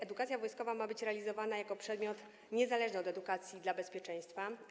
Edukacja wojskowa ma być realizowana jako przedmiot niezależny od edukacji dla bezpieczeństwa.